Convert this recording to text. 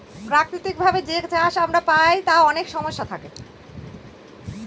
প্রাকৃতিক ভাবে যে চাষ আমরা পায় তার অনেক সমস্যা থাকে